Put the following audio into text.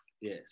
Yes